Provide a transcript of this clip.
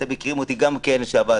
אתם מכירים אותי גם כן כשעבדנו,